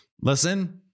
Listen